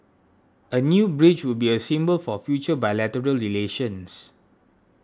a new bridge would be a symbol for future bilateral relations